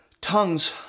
tongues